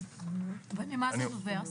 ממה זה נובע?